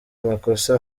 makosa